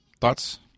thoughts